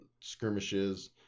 skirmishes